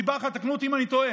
סיבה אחת, תתקנו אותי אם אני טועה: